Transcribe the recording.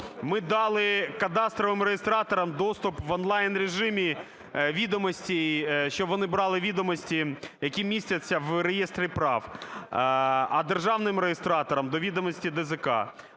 Ми дали кадастровим реєстраторам доступ в онлайн-режимі відомостей, щоб вони брали відомості, які містяться в реєстрі прав, а державним реєстраторам – до відомості ДЗК.